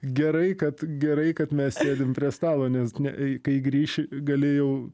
gerai kad gerai kad mes sėdim prie stalo nes ne kai grįši gali jau